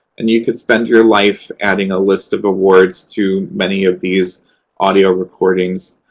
and you could spend your life adding a list of awards to many of these audio recordings.